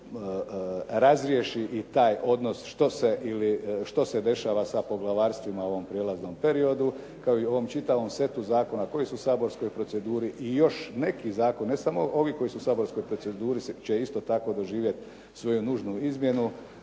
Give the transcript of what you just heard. se razriješi i taj odnos što se dešava sa poglavarstvima u ovom prijelaznom periodu kao i u ovom čitavom setu zakona koji su u saborskoj proceduri i još neki zakoni, ne samo ovi koji su u saborskoj proceduri će isto tako doživjeti svoju nužnu izmjenu